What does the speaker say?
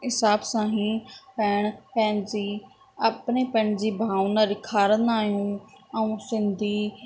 हिसाब सां ई पिण पंहिंजी अपनेपन जी भावना ॾिखारींदा आहियूं ऐं सिंधी